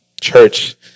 church